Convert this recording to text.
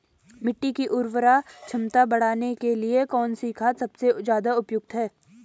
मिट्टी की उर्वरा क्षमता बढ़ाने के लिए कौन सी खाद सबसे ज़्यादा उपयुक्त है?